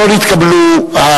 נא להוריד את היד.